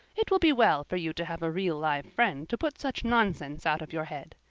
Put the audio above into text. it will be well for you to have a real live friend to put such nonsense out of your head.